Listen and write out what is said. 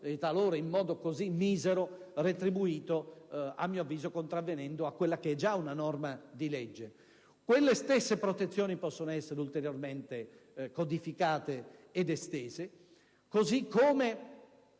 talora così misero, a mio avviso contravvenendosi a quella che è già una norma di legge. Quelle stesse protezioni possono essere ulteriormente codificate ed estese, così come